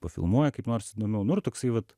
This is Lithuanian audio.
pafilmuoji kaip nors manau nu ir toksai vat